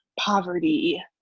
Poverty